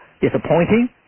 disappointing